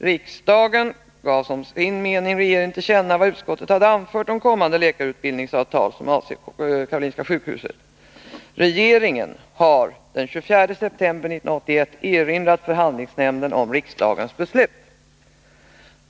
Riksdagen gav som sin mening regeringen till känna vad utskottet hade anfört om kommande läkarutbildningsavtal som avser KS. Regeringen har den 24 september 1981 erinrat förhandlingsnämnden om riksdagens beslut.